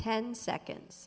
ten seconds